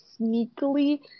sneakily